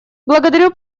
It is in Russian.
благодарю